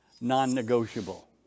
non-negotiable